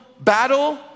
battle